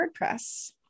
WordPress